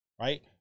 right